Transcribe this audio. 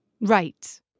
Right